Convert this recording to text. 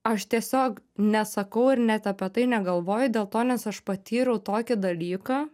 aš tiesiog nesakau ir net apie tai negalvoju dėl to nes aš patyriau tokį dalyką